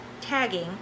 tagging